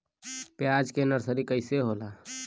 प्याज के नर्सरी कइसे होला?